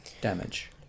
damage